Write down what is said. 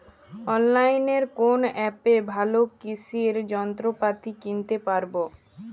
অনলাইনের কোন অ্যাপে ভালো কৃষির যন্ত্রপাতি কিনতে পারবো?